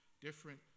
different